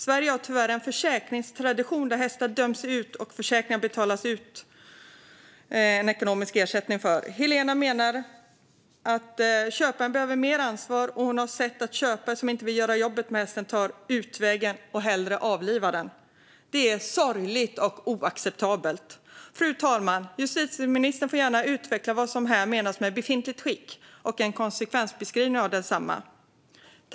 Sverige har tyvärr en försäkringstradition där hästar döms ut och ekonomisk ersättning betalas ut. Helena menar att köparen behöver ta mer ansvar. Hon har sett att köpare som inte vill göra jobbet med hästen hellre tar utvägen att avliva den. Det är sorgligt och oacceptabelt. Fru talman! Justitieministern får gärna utveckla vad som här menas med befintligt skick och ge en konsekvensbeskrivning av det.